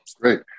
Great